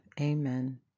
Amen